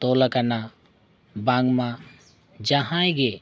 ᱛᱚᱞ ᱟᱠᱟᱱᱟ ᱵᱟᱝᱢᱟ ᱡᱟᱦᱟᱸᱭ ᱜᱮ